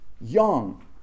young